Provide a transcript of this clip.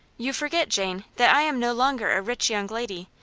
you forget, jane, that i am no longer a rich young lady.